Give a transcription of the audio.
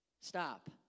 Stop